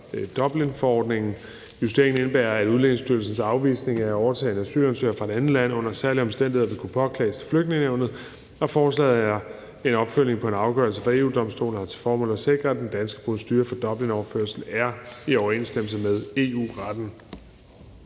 Dublinforordningen. Justeringen indebærer, at Udlændingestyrelsens afvisning af at overtage en asylansøger fra et andet land under særlige omstændigheder vil kunne påklages til Flygtningenævnet. Forslaget er en opfølgning på en afgørelse fra EU-Domstolen, og det har til formål at sikre, at den danske procedure for overførsel efter Dublinforordningen er i overensstemmelse med EU-retten.